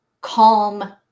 calm